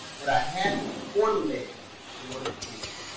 but i had to formulate it right in order to do that.